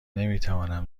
نمیتوانم